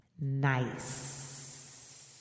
nice